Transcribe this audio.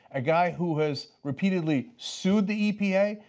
a guy who has repeatedly sued the epa?